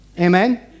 Amen